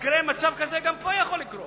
גם פה יכול לקרות